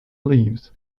leaves